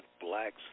blacks